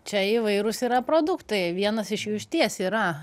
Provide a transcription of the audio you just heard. čia įvairus yra produktai vienas iš jų išties yra